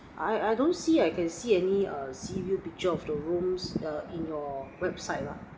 I I don't see I can see any err sea view beach of the rooms err in your website lah